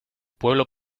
pueblo